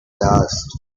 asked